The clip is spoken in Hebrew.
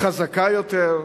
חזקה יותר?